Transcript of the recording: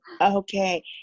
Okay